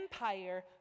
empire